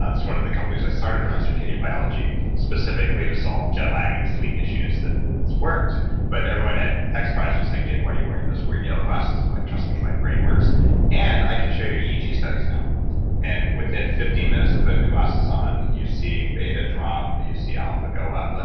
ah this is one of the companies i started around circadian biology specifically to solve jet lag and sleep issues and that's worked but everyone at at xprize was saying, dave why are you wearing those weird yellow glasses? i'm like, trust me, my brain works and i can show you eeg studies now and within fifteen minutes of putting the glasses on, you see beta drop, but you see alpha go up. like